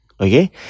Okay